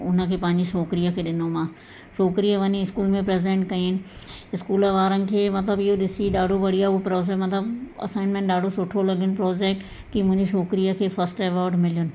उन खे पंहिंजी छोकिरीअ खे ॾिनोमांसि छोकिरीअ वञी स्कूल में प्रेसेंट कयईं स्कूल वारनि खे मतिलबु इहो ॾिसी ॾाढो बढ़िया उहो मतिलबु असाइनमेंट ॾाढो सुठो लॻयुनि प्रोज़ेक्ट की मुंहिंजी छोकिरीअ खे फस्ट एवॉड मिलियुनि